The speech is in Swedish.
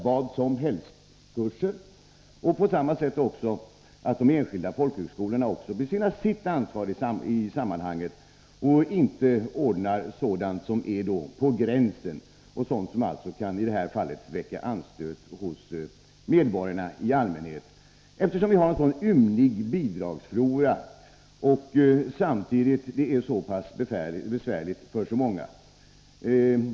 Dessutom skall det kunna leda till att också de enskilda folkhögskolorna besinnar sitt ansvar i sammanhanget och inte ordnar kurser som är på gränsen till vad som kan betecknas som utbildning och som — såsom i det här fallet — kan väcka anstöt hos medborgarna i allmänhet, eftersom vi trots en ymnig bidragsflora inte kan hjälpa många av dem som har det besvärligt.